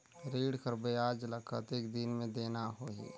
ऋण कर ब्याज ला कतेक दिन मे देना होही?